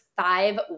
five